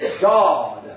God